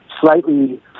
slightly